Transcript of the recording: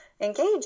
engage